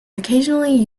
occasionally